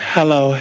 Hello